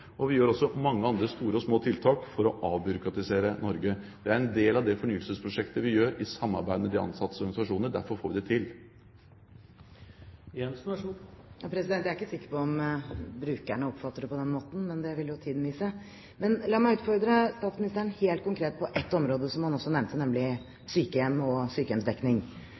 og vi gjør også mange andre store og små tiltak for å avbyråkratisere Norge. Det er en del av det fornyelsesprosjektet vi gjør i samarbeid med de ansattes organisasjoner. Derfor får vi det til. Jeg er ikke sikker på om brukerne oppfatter det på den måten, men det vil jo tiden vise. Men la meg utfordre statsministeren helt konkret på ett område, som han også nevnte, nemlig sykehjem og sykehjemsdekning.